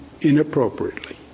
inappropriately